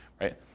right